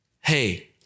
hey